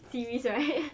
series right